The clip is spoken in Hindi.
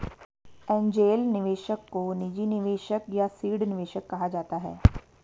एंजेल निवेशक को निजी निवेशक या सीड निवेशक कहा जाता है